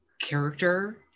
character